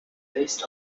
based